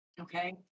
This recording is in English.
Okay